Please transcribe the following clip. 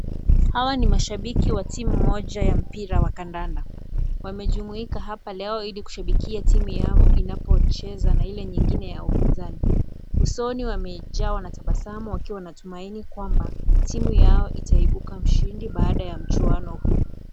Hawa ni mashabiki wa timu moja wa kandanda. Wamejumuika hapa leo Ili kushabikia timu Yao inapocheza na Ile nyingine ya upinzani. Usoni wamejawa na tabasamu wakiwa na tumaini kwamba timu Yao itaibuka mshindi baada ya mchuano huu.